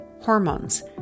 hormones